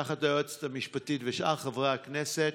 יחד עם היועצת המשפטית ושאר חברי הכנסת,